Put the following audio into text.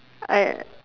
I